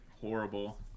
horrible